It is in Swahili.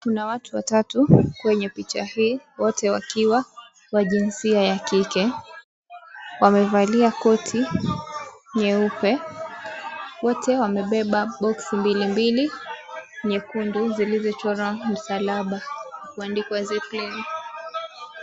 Kuna watu watatu kwenye picha hii wote wakiwa wa jinsia ya kike, wamevalia koti nyeupe, wote wamebeba boksi mbili mbili nyekundu zilizochorwa msalaba kuandikwa zeclen.